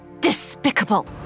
Despicable